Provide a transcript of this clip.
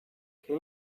can